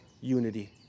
unity